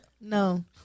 No